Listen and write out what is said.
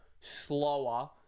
slower